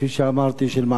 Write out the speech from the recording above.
של מעמד הביניים,